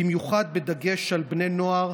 במיוחד, בדגש על בני נוער,